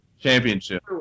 championship